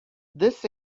this